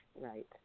right